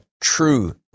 true